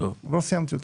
עוד לא סיימתי אותם.